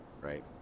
right